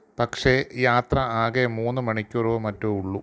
പക്ഷെ യാത്ര ആകെ മൂന്ന് മണിക്കൂറോ മറ്റോ ഉള്ളൂ